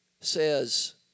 says